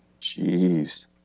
Jeez